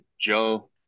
Joe